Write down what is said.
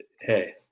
hey